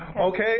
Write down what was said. Okay